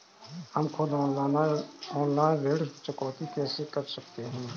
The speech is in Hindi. हम खुद ऑनलाइन ऋण चुकौती कैसे कर सकते हैं?